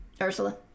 Ursula